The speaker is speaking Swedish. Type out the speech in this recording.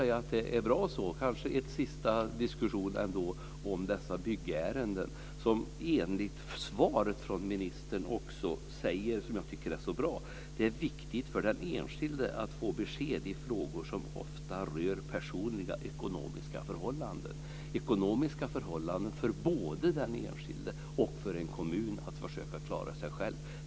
Kanske vi också ska ta en sista diskussion om byggärendena, där ministern enligt svaret säger - vilket jag tycker är så bra - att det är viktigt för den enskilde att få besked i frågor som ofta rör personliga ekonomiska förhållanden. Det gäller ekonomiska förhållanden för den enskilde och det gäller för en kommun att försöka klara sig själv.